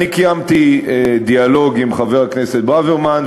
אני קיימתי דיאלוג עם חבר הכנסת ברוורמן,